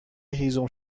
هیزم